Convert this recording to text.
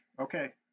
okay